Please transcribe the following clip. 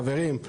חברים,